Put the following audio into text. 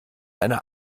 eine